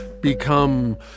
become